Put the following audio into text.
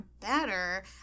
better